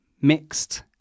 mixed